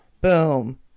Boom